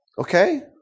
Okay